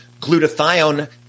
glutathione